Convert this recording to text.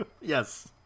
Yes